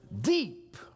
deep